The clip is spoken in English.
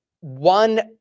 one